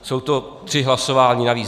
Jsou to tři hlasování navíc.